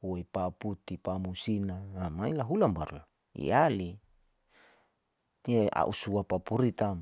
huwe paputi, pamusina, ha mai lahulan baru iali tia a'i sua paporitam.